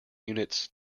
units